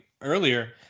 earlier